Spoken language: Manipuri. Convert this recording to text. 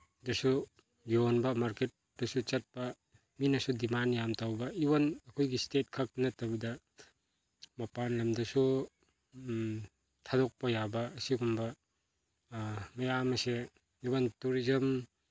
ꯗꯁꯨ ꯌꯣꯟꯕ ꯃꯔꯀꯦꯠꯇꯁꯨ ꯆꯠꯄ ꯃꯤꯅꯁꯨ ꯗꯤꯃꯥꯟ ꯌꯥꯝ ꯇꯧꯕ ꯑꯩꯈꯣꯏꯒꯤ ꯁ꯭ꯇꯦꯠ ꯈꯛꯇ ꯅꯠꯇꯕꯤꯗ ꯃꯄꯥꯜ ꯂꯝꯗꯁꯨ ꯊꯥꯗꯣꯛꯄ ꯌꯥꯕ ꯑꯁꯤꯒꯨꯝꯕ ꯃꯌꯥꯝ ꯑꯁꯦ ꯏꯚꯟ ꯇꯨꯔꯤꯖꯝ